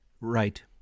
Right